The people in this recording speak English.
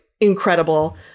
incredible